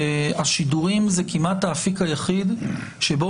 כי השידורים זה כמעט האפיק היחיד שבו